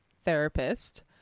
therapist